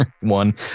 one